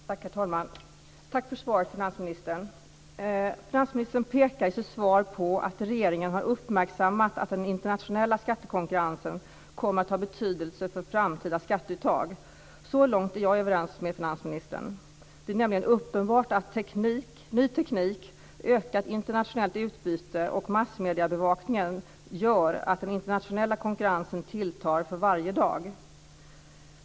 Herr talman! Tack för svaret, finansministern. Finansministern pekar i sitt svar på att regeringen har uppmärksammat att den internationella skattekonkurrensen kommer att ha betydelse för framtida skatteuttag. Så långt är jag överens med finansministern. Det är nämligen uppenbart att ny teknik, ökat internationellt utbyte och massmediebevakningen gör att den internationella konkurrensen tilltar för varje dag.